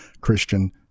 Christian